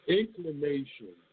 inclination